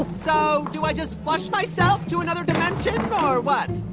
so do i just flush myself to another dimension or what?